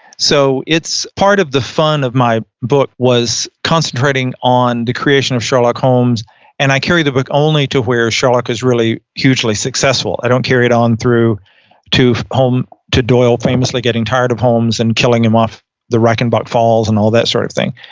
so it's part of the fun of my book was concentrating on the creation of sherlock holmes and i carry the book only to where sherlock is really hugely successful. i don't carry it on through to holme, to doyle famously getting tired of holmes and killing him off the reichenbach falls and all that sort of thing.